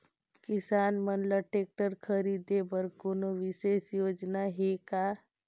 किसान मन ल ट्रैक्टर खरीदे बर कोनो विशेष योजना हे का?